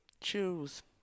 choose